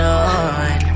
on